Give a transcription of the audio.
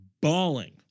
bawling